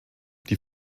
die